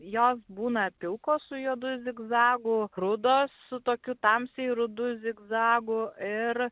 jos būna pilkos su juodu zigzagu rudos su tokiu tamsiai rudu zigzagu ir